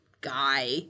guy